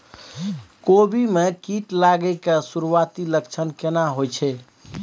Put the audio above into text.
कोबी में कीट लागय के सुरूआती लक्षण केना होय छै